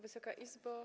Wysoka Izbo!